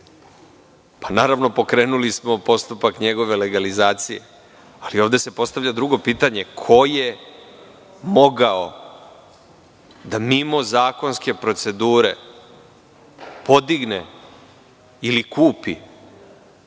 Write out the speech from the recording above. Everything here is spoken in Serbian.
Naravno, pokrenuli smo postupak njegove legalizacije. Ali, ovde se postavlja drugo pitanje – ko je mogao da mimo zakonske procedure podigne ili kupi